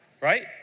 Right